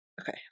Okay